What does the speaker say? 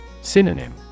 Synonym